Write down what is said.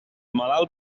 malalt